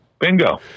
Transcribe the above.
bingo